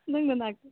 ꯅꯪ ꯅꯅꯥꯛꯇ